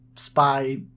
spy